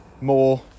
more